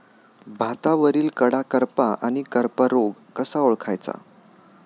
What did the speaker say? भातावरील कडा करपा आणि करपा रोग कसा ओळखायचा?